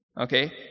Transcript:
Okay